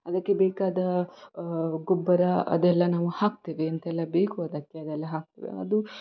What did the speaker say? ಅದಕ್ಕೆ ಬೇಕಾದ ಗೊಬ್ಬರ ಅದೆಲ್ಲ ನಾವು ಹಾಕ್ತೇವೆ ಎಂತೆಲ್ಲ ಬೇಕು ಅದಕ್ಕೆ ಅದೆಲ್ಲ ಹಾಕ್ತೇವೆ ಅದು